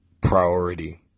priority